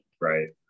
Right